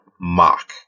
Mock